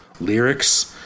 lyrics